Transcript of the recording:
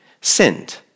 sinned